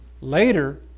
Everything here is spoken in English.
later